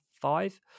five